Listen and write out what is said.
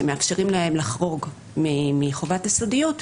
שמאפשרים להם לחרוג מחובת הסודיות,